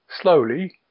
slowly